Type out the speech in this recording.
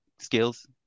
skills